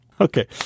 Okay